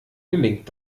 gelingt